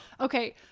Okay